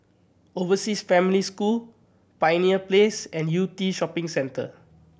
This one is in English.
Overseas Family School Pioneer Place and Yew Tee Shopping Centre